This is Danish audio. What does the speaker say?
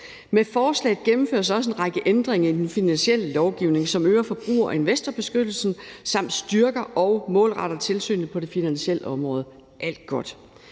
Med forslaget gennemføres også en række ændringer i den finansielle lovgivning, som øger forbruger- og investorbeskyttelsen samt styrker og målretter tilsynet på det finansielle område. Alt